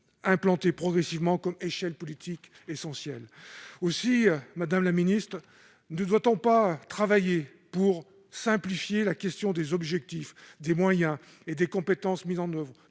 imposée progressivement comme un échelon politique essentiel. Madame la ministre, ne doit-on pas travailler pour simplifier la question des objectifs, des moyens, des compétences et de leur